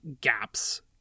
gaps